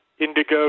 Indigo